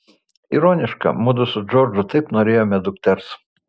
ironiška mudu su džordžu taip norėjome dukters